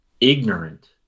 ignorant